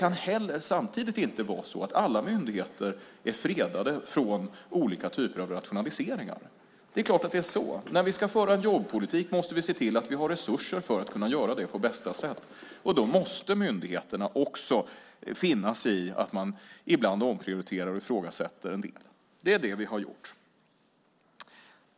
Samtidigt kan det inte vara så att alla myndigheter fredas från olika typer av rationaliseringar. När vi ska föra en jobbpolitik måste vi se till att vi har resurser för att kunna göra det på bästa sätt. Då måste myndigheterna också finna sig i att man ibland omprioriterar och ifrågasätter en del. Det är det vi har gjort.